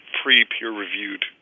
pre-peer-reviewed